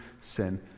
sin